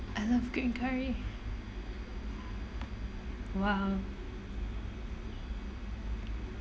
I love green curry !wow!